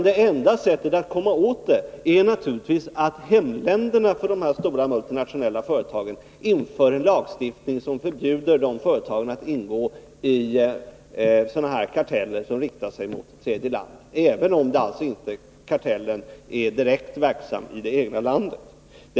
Det enda sättet att komma åt kartellverksamhet är naturligtvis att hemländerna för de stora multinationella företagen inför en lagstiftning som förbjuder ett företag att ingå i karteller, även om kartellen alltså inte är direkt verksam i det egna landet.